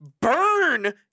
burn